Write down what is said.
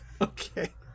Okay